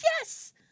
yes